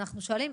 ואנחנו שואלים,